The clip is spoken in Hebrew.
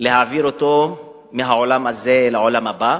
להעביר אותו מהעולם הזה לעולם הבא,